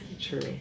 true